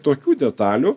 tokių detalių